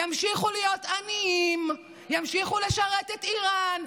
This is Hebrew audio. ימשיכו להיות עניים, ימשיכו לשרת את איראן.